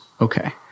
Okay